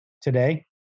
today